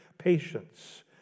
Patience